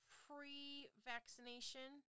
pre-vaccination